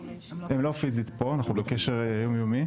אנחנו בקשר יום יומי.